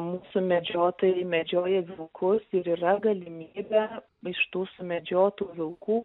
mūsų medžiotojai medžioja vilkus ir yra galimybė iš tų sumedžiotų vilkų